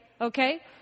okay